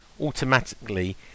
automatically